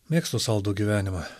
mėgstu saldų gyvenimą